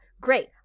Great